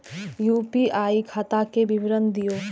UPI खाता के विवरण दिअ?